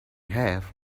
have